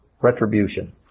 retribution